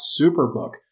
Superbook